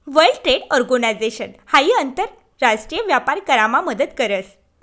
world trade organisation हाई आंतर राष्ट्रीय व्यापार करामा मदत करस